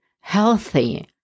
healthy